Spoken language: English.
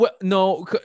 No